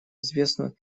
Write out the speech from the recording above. известную